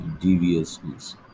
deviousness